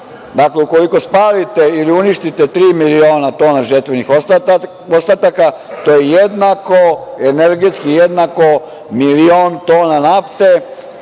nafte. Dakle, ukoliko spalite ili uništite tri miliona tona žetvenih ostataka, to je jednako energetski jednako, milion tona nafte.